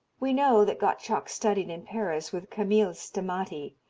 we know that gottschalk studied in paris with camille stamaty,